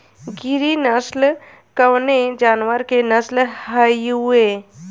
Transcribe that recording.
गिरी नश्ल कवने जानवर के नस्ल हयुवे?